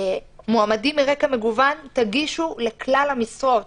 מועמדים מרקע מגוון, תגישו לכלל המשרות.